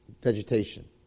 vegetation